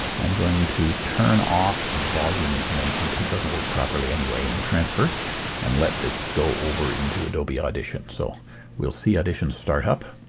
i'm going to turn off the volume information because it doesn't work properly anyway in the transfer and let this go over into adobe audition so we'll see audition startup.